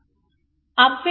अब वे इसे कैसे करते हैं